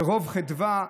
ברוב חדווה.